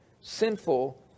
sinful